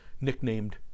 nicknamed